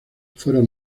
fueron